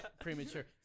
premature